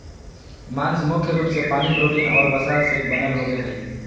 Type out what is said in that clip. मांस मुख्य रूप से पानी, प्रोटीन और वसा से बनल होबो हइ